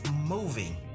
moving